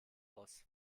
aus